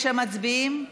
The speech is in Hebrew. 9, מצביעים?